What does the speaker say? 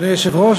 אדוני היושב-ראש,